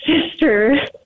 sister